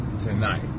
tonight